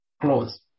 close